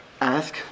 ask